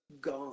gone